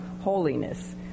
holiness